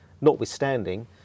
notwithstanding